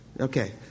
Okay